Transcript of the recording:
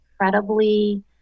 incredibly